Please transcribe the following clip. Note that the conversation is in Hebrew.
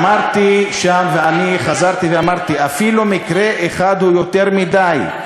אמרתי שם ואני חזרתי ואמרתי: אפילו מקרה אחד הוא יותר מדי.